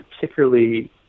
particularly